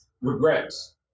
regrets